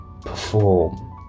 perform